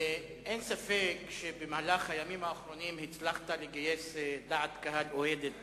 אין ספק שבמהלך הימים האחרונים הצלחת לגייס דעת קהל אוהדת